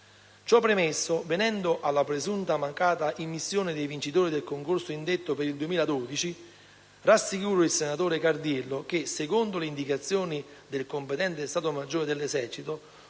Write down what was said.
Ciò premesso, venendo alla presunta mancata immissione dei vincitori del concorso indetto per il 2012, rassicuro il senatore Cardiello che, secondo le indicazioni del competente Stato maggiore dell'esercito,